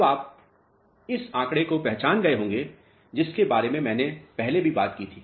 अब आप इस आंकड़े को पहचान गए होंगे जिसके बारे में मैंने पहले भी बात की थी